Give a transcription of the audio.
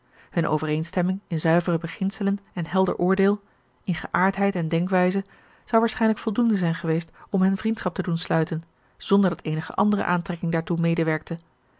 hunne overeenstemming in zuivere beginselen en helder oordeel in geaardheid en denkwijze zou waarschijnlijk voldoende zijn geweest om hen vriendschap te doen sluiten zonder dat eenige andere aantrekking daartoe medewerkte